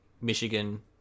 Michigan